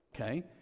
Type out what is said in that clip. Okay